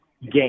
game